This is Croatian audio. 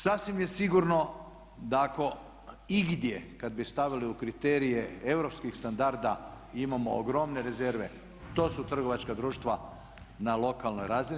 Sasvim je sigurno da ako igdje kad bi stavili u kriterije europskih standarda imamo ogromne rezerve to su trgovačka društva na lokalnoj razini.